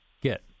get